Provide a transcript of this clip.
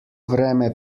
vreme